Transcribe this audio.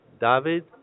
David